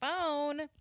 phone